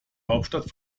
hauptstadt